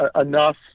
enough